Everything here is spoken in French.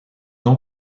ans